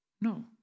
No